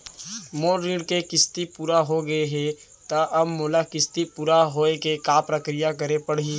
मोर ऋण के किस्ती पूरा होगे हे ता अब मोला किस्ती पूरा होए के का प्रक्रिया करे पड़ही?